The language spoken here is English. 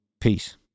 peace